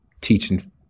teaching